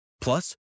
Plus